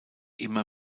immer